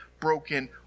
broken